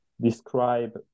describe